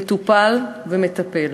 מטופל ומטפל.